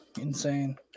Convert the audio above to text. insane